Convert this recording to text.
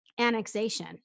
annexation